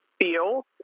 feel